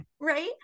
Right